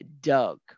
doug